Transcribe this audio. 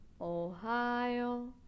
Ohio